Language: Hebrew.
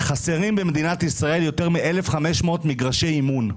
חסרים במדינת ישראל יותר מ-1,500 מגרשי אימון.